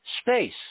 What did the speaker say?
Space